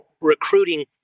recruiting